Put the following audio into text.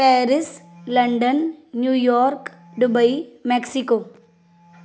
Paris London New York Dubai Mexico